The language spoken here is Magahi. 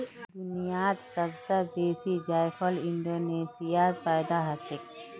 दुनियात सब स बेसी जायफल इंडोनेशियात पैदा हछेक